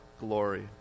glory